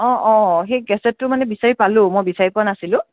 অঁ অঁ সেই কেছেটটো মানে বিচাৰি পালোঁ মই বিচাৰি পোৱা নাছিলো